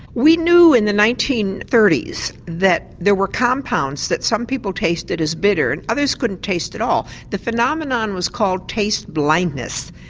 we knew in the nineteen thirty s that there were compounds that some people tasted as bitter, and others couldn't taste at all. the phenomenon was called taste blindness.